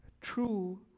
true